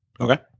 Okay